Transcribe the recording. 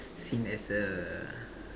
seen as a